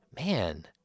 man